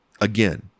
again